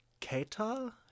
Keta